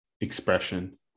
expression